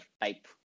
type